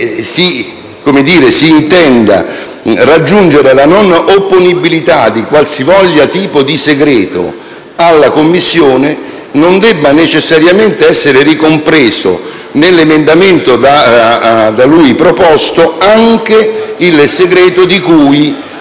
che, ove si intenda raggiungere la non opponibilità di qualsivoglia tipo di segreto alla Commissione, debba necessariamente essere ricompreso nell'emendamento da lui presentato anche il segreto di cui